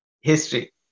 History